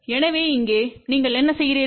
எனவே இங்கே நீங்கள் என்ன செய்கிறீர்கள்